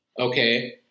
Okay